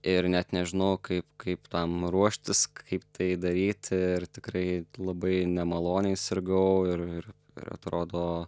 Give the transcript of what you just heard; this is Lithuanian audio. ir net nežinojau kaip kaip tam ruoštis kaip tai daryti ir tikrai labai nemaloniai sirgau ir ir ir atrodo